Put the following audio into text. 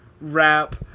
rap